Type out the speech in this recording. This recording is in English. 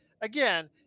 again